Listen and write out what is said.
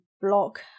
block